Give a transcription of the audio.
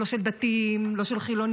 לא של דתיים, לא של חילוניים.